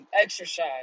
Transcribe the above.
exercise